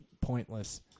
pointless